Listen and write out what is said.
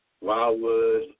Wildwood